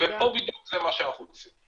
ופה בדיוק זה מה שאנחנו עושים.